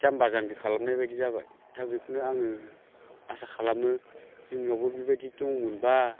जाम्बा जाम्बि खालामनाय बायदि जाबाय दा बेखौनो आङो आसा खालामो जोंनावबो बेबायदि दंमोनबा